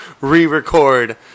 re-record